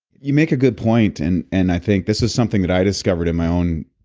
you make a good point and and i think this is something that i discovered in my own